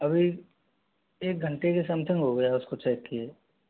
अभी एक घंटे के समथिंग हो गया उसको चेक किए